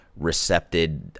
recepted